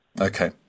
Okay